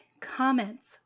comments